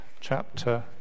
chapter